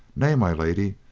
nay, my lady,